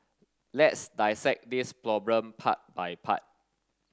let's dissect this problem part by part